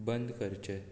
बंद करचें